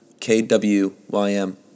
KWYM